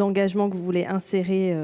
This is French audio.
Engagements que vous voulez insérer.